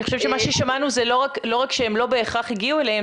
אני חושבת שמה ששמענו שהן לא רק שלא בהכרח הגיעו אליהם,